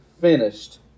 finished